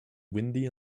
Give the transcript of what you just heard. windy